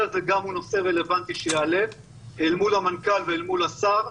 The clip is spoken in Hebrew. הזה הוא נושא רלוונטי שיעלה אל מול המנכ"ל ואל מול השר,